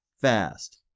fast